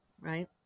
right